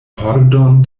pordon